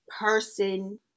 person